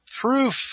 proof